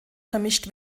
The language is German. vermischt